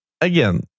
again